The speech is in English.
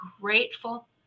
grateful